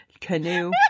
Canoe